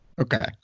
Okay